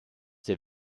der